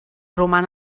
roman